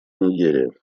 нигерия